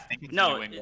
no